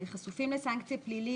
חשופים לסנקציה פלילית.